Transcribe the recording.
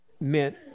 meant